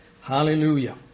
Hallelujah